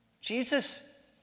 Jesus